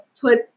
put